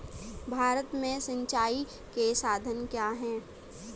भारत में सिंचाई के साधन क्या है?